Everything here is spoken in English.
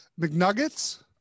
McNuggets